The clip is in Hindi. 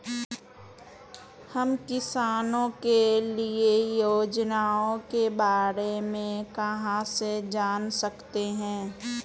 हम किसानों के लिए योजनाओं के बारे में कहाँ से जान सकते हैं?